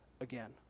again